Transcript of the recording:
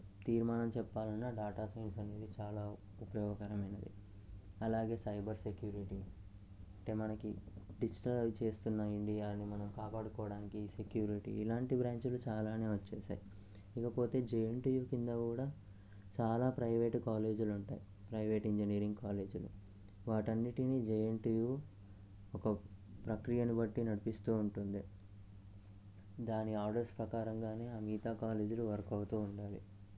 తీర్మానం చెప్పాలన్న data science అనేది చాలా ఉపయోగకరమైనది అలాగే సైబర్ సెక్యూరిటీ అంటే మనకి డిజిటల్ వస్తున్నాయి మన ఇండియాని మనం కాపాడుకోవడానికి ఈ సెక్యూరిటీ ఇలాంటి బ్రాంచ్లు చాలా వస్తున్నాయి ఇకపోతే జెఎన్టీయు కింద కూడా చాలా ప్రైవేట్ కాలేజీలు ఉంటాయి ప్రైవేట్ ఇంజనీరింగ్ కాలేజీలు వాటిని అన్నింటినీ జెఎన్టీయు ఒక ప్రక్రియను బట్టి నడిపిస్తు ఉంటుంది దాని ఆర్డర్స్ ప్రకారంగా మిగతా కాలేజీలు వర్క్ అవుతు ఉండాలి